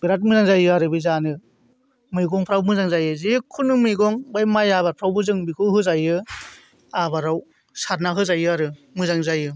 बिराद मोजां जायो आरो बे जानो मैगंफ्राबो मोजां जायो जिखुनु मैगं बै माइ आबादफ्रावबो जों बेखौ होजायो आबादाव सारना होजायो आरो मोजां जायो